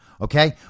okay